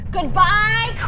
Goodbye